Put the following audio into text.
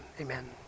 amen